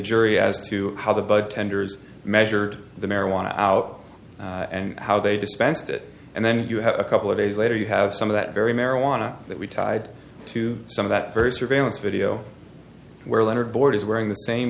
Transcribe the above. jury as to how the bud tenders measured the marijuana out and how they dispensed it and then you have a couple of days later you have some of that very marijuana that we tied to some of that very surveillance video where leonard board is wearing the same